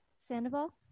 Sandoval